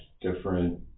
different